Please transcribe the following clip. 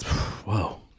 Whoa